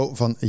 van